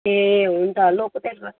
ए हुन्छ त्यसो भए